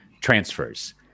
transfers